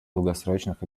долгосрочных